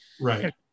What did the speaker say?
Right